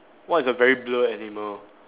what is a very blur animal